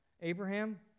Abraham